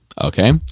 okay